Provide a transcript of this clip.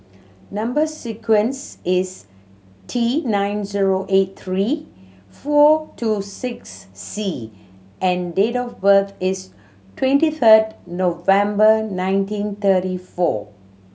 number sequence is T nine zero eight three four two six C and date of birth is twenty third November nineteen thirty four